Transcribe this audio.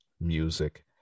music